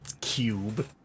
cube